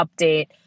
update